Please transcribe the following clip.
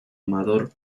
amador